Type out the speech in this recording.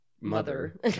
mother